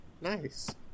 nice